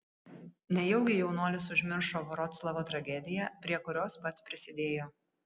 nejaugi jaunuolis užmiršo vroclavo tragediją prie kurios pats prisidėjo